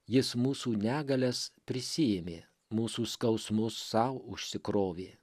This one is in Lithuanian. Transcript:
jis mūsų negalias prisiėmė mūsų skausmus sau užsikrovė